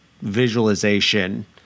visualization